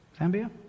Zambia